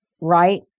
right